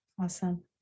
awesome